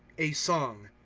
a song.